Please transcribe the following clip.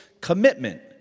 commitment